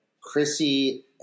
Chrissy